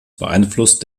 beeinflusst